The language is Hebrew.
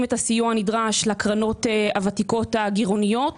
את הסיוע הנדרש לקרנות הוותיקות הגירעוניות.